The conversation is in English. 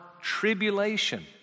tribulation